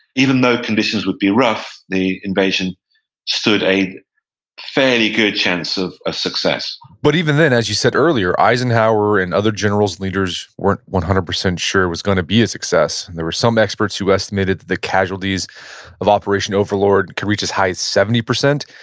even though conditions would be rough, the invasion stood a fairly good chance of a success but even then, as you said earlier, eisenhower and other generals and leaders weren't one hundred percent sure it was going to be a success. and there were some experts who estimated that the casualties of operation overlord could reach as high as seventy percent.